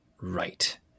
right